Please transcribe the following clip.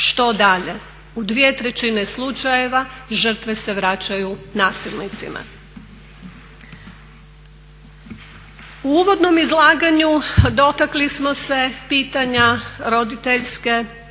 Što dalje? U 2/3 slučajeva žrtve se vraćaju nasilnicima. U uvodnom izlaganju dotakli smo se pitanja roditeljskog